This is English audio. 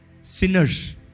sinners